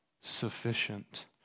sufficient